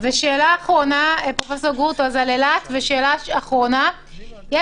השאלה היא על אילת, פרופ'